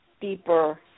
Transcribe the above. deeper